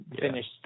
finished